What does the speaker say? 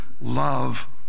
love